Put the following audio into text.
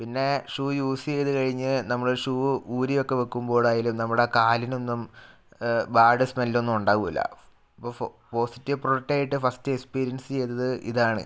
പിന്നേ shoe use ചെയ്ത് കഴിഞ്ഞ് നമ്മളൊര് ഷൂ ഊരിയൊക്കെ വെക്കുമ്പോഴായാലും നമ്മുടെ കാലിനൊന്നും ബാഡ് സ്മെല്ലൊന്നും ഉണ്ടാവുകയില്ല ഇപ്പം പോസിറ്റീവ് പ്രൊഡക്റ്റായിട്ട് ഫസ്റ്റ് എസ്പീരിയൻസ് ചെയ്തത് ഇതാണ്